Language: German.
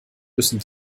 müssen